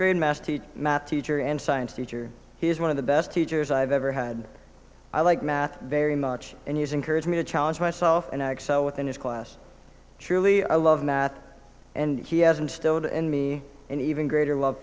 grade math teach math teacher and science teacher he is one of the best teachers i've ever had i like math very much and he's encouraged me to challenge myself and i excel within his class truly i love math and he hasn't stilled in me an even greater love